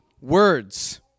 words